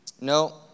No